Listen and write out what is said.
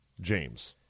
James